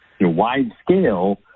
wide-scale